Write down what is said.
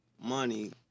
money